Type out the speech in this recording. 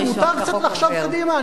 ולכן מותר קצת לחשוב קדימה.